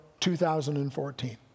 2014